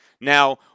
Now